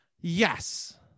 yes